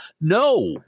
no